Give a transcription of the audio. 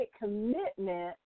commitment